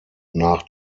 nach